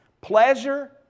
pleasure